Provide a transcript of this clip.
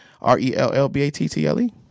R-E-L-L-B-A-T-T-L-E